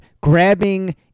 grabbing